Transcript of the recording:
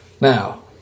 Now